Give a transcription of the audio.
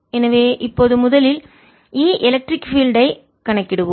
எனவே இப்போது முதலில் E எலக்ட்ரிக் பீல்டு ஐ மின்சார புலத்தை கணக்கிடுவோம்